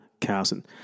Carson